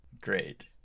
Great